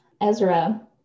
Ezra